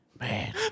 man